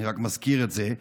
אני רק מזכיר את זה.